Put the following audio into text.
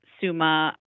SUMA